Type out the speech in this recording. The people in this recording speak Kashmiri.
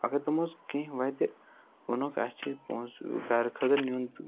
اگر تِم حظ کیٚنٛہہ وَتہِ ووٚنُکھ اَسہِ چھِ پۅنٛسہٕ گَرٕ خٲطرٕ نِیُن تہٕ